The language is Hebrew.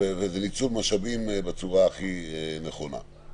וזה ניצול משאבים בצורה הכי נכונה.